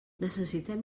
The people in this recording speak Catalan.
necessitem